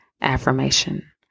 affirmation